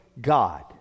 god